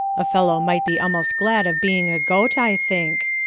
a fellow might be almost glad of being a goat, i think.